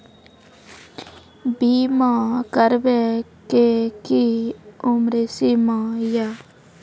बीमा करबे के कि उम्र सीमा या?